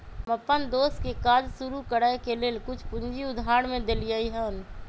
हम अप्पन दोस के काज शुरू करए के लेल कुछ पूजी उधार में देलियइ हन